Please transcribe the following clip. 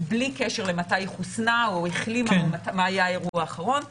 בלי קשר למתי היא חוסנה או החלימה או מה היה האירוע האחרון -- כן.